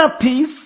peace